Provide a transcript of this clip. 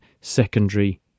secondary